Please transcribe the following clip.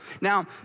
Now